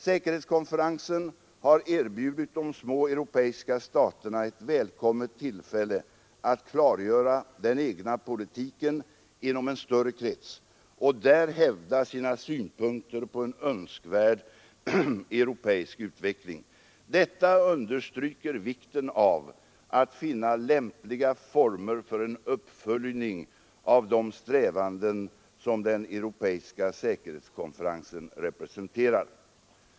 Säkerhetskonferensen har erbjudit de små europeiska staterna ett välkommet tillfälle att klargöra den egna politiken inom en större krets och där hävda sina synpunkter på en önskvärd europeisk utveckling. Detta understryker vikten av att finna lämpliga former för en uppföljning av de strävanden som den europeiska säkerhetskonferensen representerar.